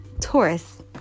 Taurus